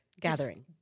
gathering